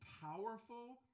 powerful